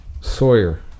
Sawyer